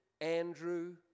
Andrew